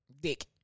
dick